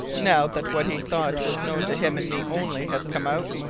now that what he thought was known to him and me only has come out?